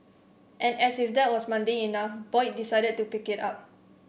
and as if that was mundane enough Boyd decided to pick it up